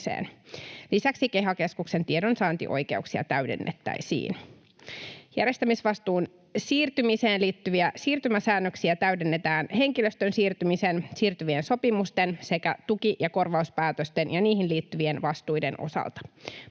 Lisäksi KEHA-keskuksen tiedonsaantioikeuksia täydennettäisiin. Järjestämisvastuun siirtymiseen liittyviä siirtymäsäännöksiä täydennetään henkilöstön siirtymisen, siirtyvien sopimusten sekä tuki- ja korvauspäätösten ja niihin liittyvien vastuiden osalta.